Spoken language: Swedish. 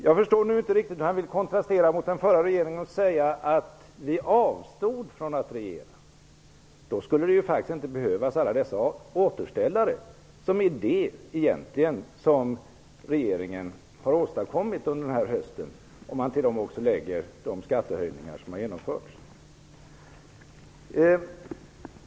Jag förstod inte riktigt varför han ville kontrastera mot den förra regeringen och säga att vi avstod från att regera. Då skulle man ju inte behöva alla dessa återställare, som egentligen är det som regeringen har åstadkommit under hösten, om man till det också lägger de skattehöjningar som har genomförts.